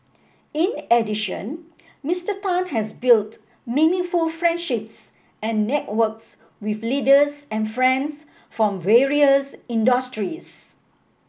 in addition Mr Tan has built meaningful friendships and networks with leaders and friends from various industries